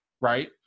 right